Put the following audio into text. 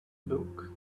book